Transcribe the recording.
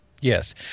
Yes